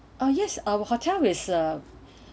ah yes our hotel is a